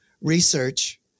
research